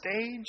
stage